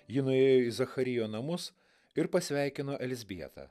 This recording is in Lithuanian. ji nuėjo į zacharijo namus ir pasveikino elzbietą